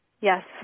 Yes